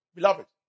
Beloved